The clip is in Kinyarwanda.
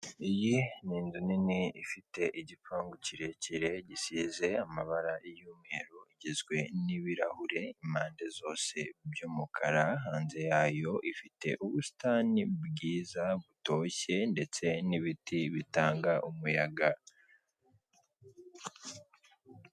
Iyi ni inzu nini ifite igapangu kirekire gisize amabara y'umweru igizwe n'ibirahure impande zose by'umukara hanze yayo ifite ubusitani bwiza butoshye ndetse n'ibiti bitanga umuyaga.